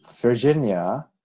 Virginia